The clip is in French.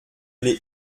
l’ai